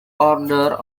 order